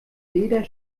jeder